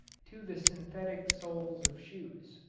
to the synthetic soles of shoes.